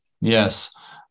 Yes